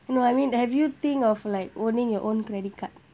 no I mean have you think of like owning your own credit card